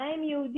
מה הם יהודים,